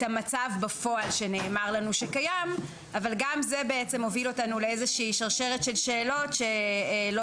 המצב בפועל שנאמר לנו שקיים אבל גם זה מוביל אותנו לשרשרת של שאלות שלא